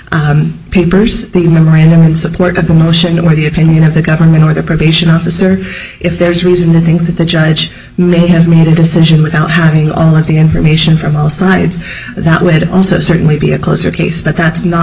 the papers the memorandum in support of the motion or the opinion of the government or the probation officer if there's reason to think that the judge may have made a decision without having all of the information from all sides that would also certainly be a closer case but that's not